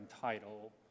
title